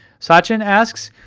sachin asks,